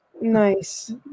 Nice